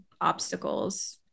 obstacles